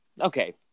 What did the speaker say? okay